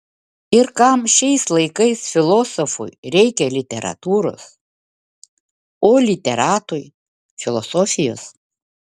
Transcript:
ir kam šiais laikais filosofui reikia literatūros o literatui filosofijos